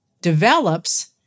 develops